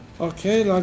Okay